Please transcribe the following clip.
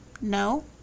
No